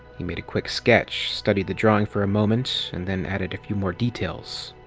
he made a quick sketch, studied the drawing for a moment, and then added a few more details.